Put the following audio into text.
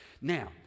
Now